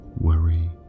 worry